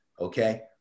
Okay